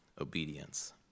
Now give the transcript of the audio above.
obedience